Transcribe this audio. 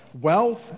Wealth